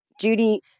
Judy